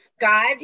God